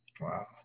Wow